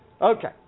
okay